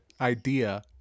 idea